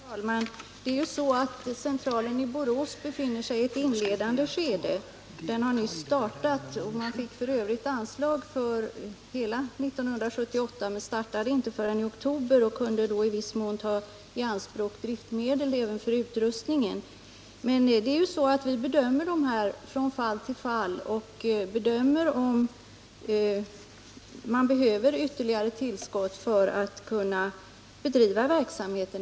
Herr talman! Den statliga hälsovårdscentralen i Borås har ju nyss startat och befinner sig i ett inledande skede. Man fick för övrigt anslag för hela 1978 men började inte verksamheten förrän i oktober och kunde då i viss mån ta i anspråk driftmedlen för utrustningen. Vi bedömer dock från fall till fall om det behövs ytterligare tillskott för att verksamheten skall kunna bedrivas.